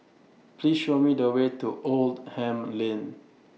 Please Show Me The Way to Oldham Lane